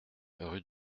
rue